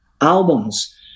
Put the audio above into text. albums